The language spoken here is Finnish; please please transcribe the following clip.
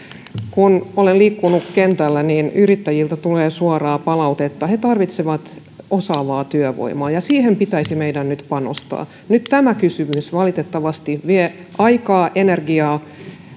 kun olen liikkunut kentällä niin yrittäjiltä tulee suoraa palautetta he tarvitsevat osaavaa työvoimaa ja siihen pitäisi meidän nyt panostaa nyt tämä kysymys valitettavasti vie aikaa ja energiaa